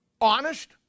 honest